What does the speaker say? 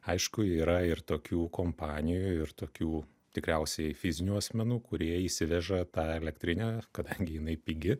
aišku yra ir tokių kompanijų ir tokių tikriausiai fizinių asmenų kurie įsiveža tą elektrinę kadangi jinai pigi